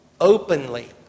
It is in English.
openly